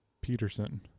Peterson